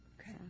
Okay